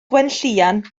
gwenllian